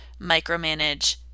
micromanage